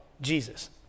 Jesus